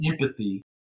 empathy